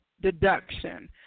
deduction